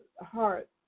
heart